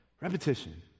repetition